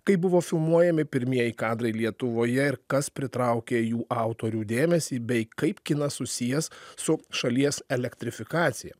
kaip buvo filmuojami pirmieji kadrai lietuvoje ir kas pritraukė jų autorių dėmesį bei kaip kinas susijęs su šalies elektrifikacija